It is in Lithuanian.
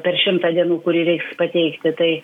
per šimtą dienų kurį reiks pateikti tai